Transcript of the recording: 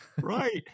Right